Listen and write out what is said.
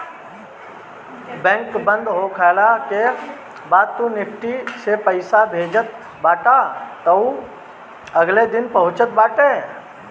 bank बंद होखला के बाद तू निफ्ट से पईसा भेजत बाटअ तअ उ अगिला दिने पहुँचत बाटे